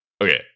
Okay